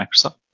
Microsoft